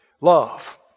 Love